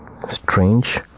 strange